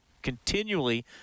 continually